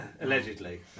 allegedly